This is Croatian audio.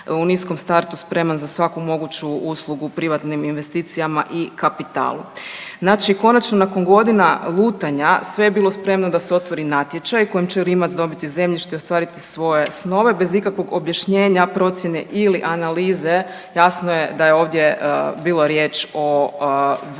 u niskom startu spreman za svaku moguću uslugu privatnim investicijama i kapitalu. Znači konačno nakon godina lutanja sve je bilo spremno da se otvori natječaj koji će Rimac dobiti zemljište i ostvariti svoje snove, bez ikakvog objašnjenja, procjene ili analize jasno je da je ovdje bilo riječ o vrlo